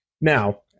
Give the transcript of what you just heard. Now